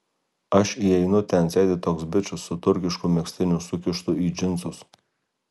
aš įeinu ten sėdi toks bičas su turkišku megztiniu sukištu į džinsus